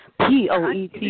POET